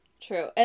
True